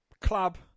club